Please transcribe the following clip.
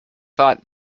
thought